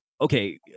okay